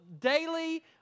daily